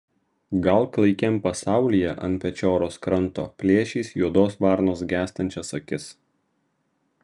gal klaikiam pasaulyje ant pečioros kranto plėšys juodos varnos gęstančias akis